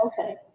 Okay